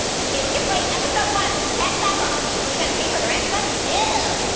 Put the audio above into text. okay, we can play episode one, ten levels. oh, you gotta pay for the rest of them. yeah